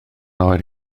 oer